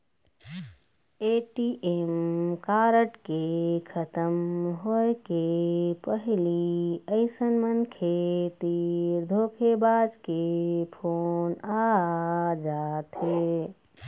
ATM card के खतम होए के पहिली अइसन मनखे तीर धोखेबाज के फोन आ जाथे